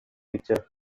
feature